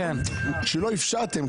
כשלא אפשרתם,